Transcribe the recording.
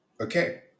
Okay